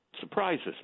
surprises